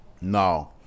No